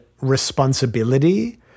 responsibility